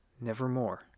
nevermore